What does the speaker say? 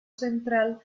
central